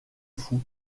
fou